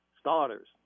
starters